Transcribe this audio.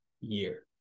year